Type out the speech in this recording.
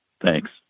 Thanks